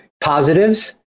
Positives